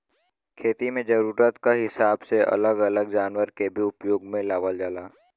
खेती में जरूरत क हिसाब से अलग अलग जनावर के भी उपयोग में लावल जाला